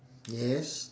yes